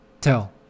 tell